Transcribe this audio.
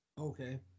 Okay